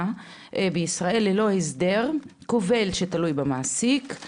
בישראל ללא הסדר כובל שתלוי במעסיק.